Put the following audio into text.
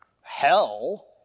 hell